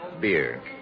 Beer